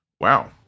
Wow